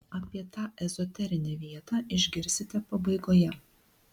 apie tą ezoterinę vietą išgirsite pabaigoje